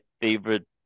favorite